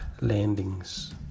landings